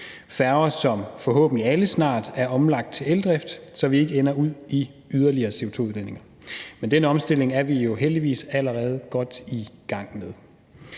færger, som forhåbentlig alle snart er omlagt til eldrift, så vi ikke ender ud i yderligere CO2-udledninger. Men den omstilling er vi jo heldigvis allerede godt i gang med.